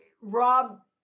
Rob